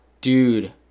dude